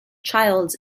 childs